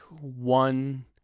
one